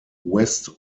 west